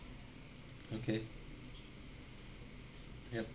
okay yup